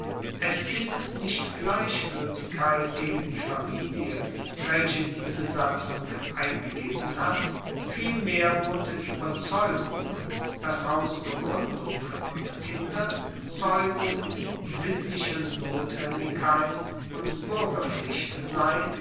es ist nicht gleichgueltigkeit gegen die familie welche diese satzung eingegeben hat vielmehr wohnte die ueberzeugung dass hausbegruendung und kinderzeugung sittliche notwendigkeit und buergerpflicht sei